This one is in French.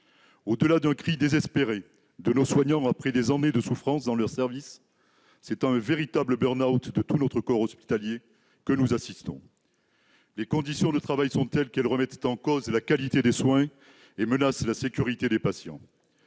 Au-delà de ce cri désespéré de nos soignants après des années de souffrances dans leurs services, c'est à un véritable burn-out de tout notre corps hospitalier que nous assistons. Les conditions de travail sont telles qu'elles remettent en cause la qualité des soins et menacent la sécurité des patients.